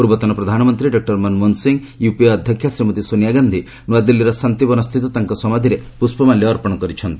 ପୂର୍ବତନ ପ୍ରଧାନମନ୍ତ୍ରୀ doctor Manmohan Singh UPA ଅଧ୍ୟକ୍ଷା ଶ୍ରୀମତୀ ସୋନିଆ ଗାନ୍ଧୀ ନୂଆଦିଲ୍ଲୀର ଶାନ୍ତିବନସ୍ଥିତ ତାଙ୍କ ସମାଧୀରେ ପୁଷ୍ପମାଲ୍ୟ ଅର୍ପଣ କରିଛନ୍ତି